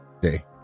day